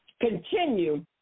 continue